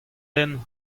den